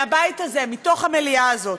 מהבית הזה, מתוך המליאה הזאת,